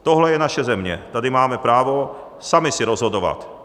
Tohle je naše země, tady máme právo sami si rozhodovat.